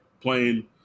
playing